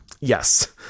Yes